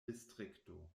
distrikto